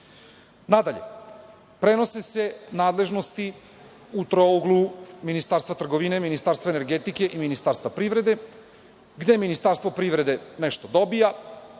građana. Nadalje, prenose se nadležnosti u trouglu Ministarstva trgovine, Ministarstva energetike i Ministarstva privrede. Gde Ministarstvo privrede nešto dobija,